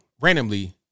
randomly